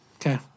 Okay